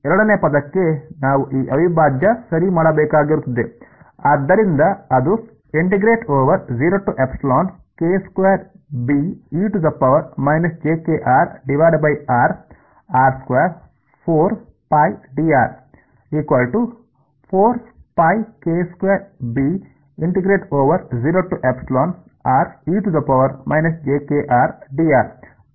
ಎರಡನೆಯ ಪದಕ್ಕೆ ನಾವು ಈ ಅವಿಭಾಜ್ಯ ಸರಿ ಮಾಡಬೇಕಾಗಿರುತ್ತದೆ ಆದ್ದರಿಂದ ಅದು ಆಗಿರುತ್ತದೆ